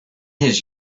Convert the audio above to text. his